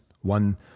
one